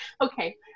Okay